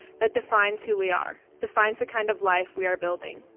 that defines who we are, defines the kind of life we are building.